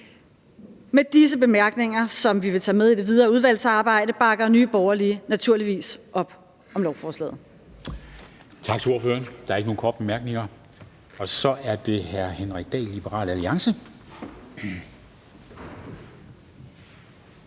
Med disse bemærkninger, som vi vil tage med i det videre udvalgsarbejde, bakker Nye Borgerlige naturligvis op om lovforslaget.